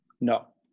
No